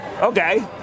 Okay